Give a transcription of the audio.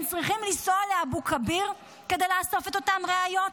הם צריכים לנסוע לאבו כביר כדי לאסוף את אותן ראיות?